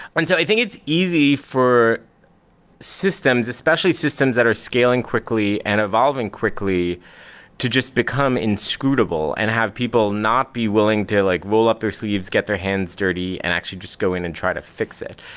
so i think it's easy for systems, especially systems that are scaling quickly and evolving quickly to just become inscrutable and have people not be willing to like roll up their sleeves, get their hands dirty and actually just go in and try to fix it.